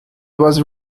was